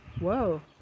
Whoa